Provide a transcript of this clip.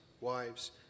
wives